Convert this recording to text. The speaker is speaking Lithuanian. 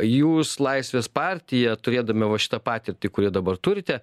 jūs laisvės partija turėdami va šitą patirtį kurią dabar turite